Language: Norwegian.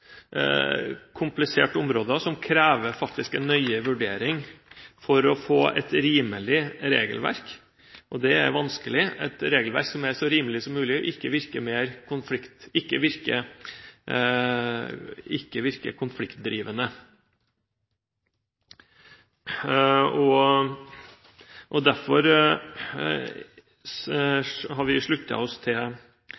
komplisert område som faktisk krever en nøye vurdering for å få et rimelig regelverk – det er vanskelig – et regelverk som er så rimelig som mulig, og som ikke virker konfliktdrivende. Derfor